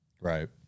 Right